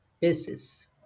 basis